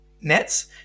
Nets